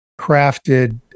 crafted